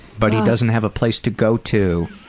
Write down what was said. but he doesn't have a place to go to.